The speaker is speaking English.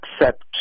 accept